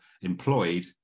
employed